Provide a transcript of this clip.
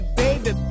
baby